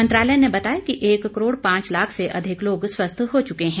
मंत्रालय ने बताया कि एक करोड़ पांच लाख से अधिक लोग स्वस्थ हो चुके हैं